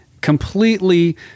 completely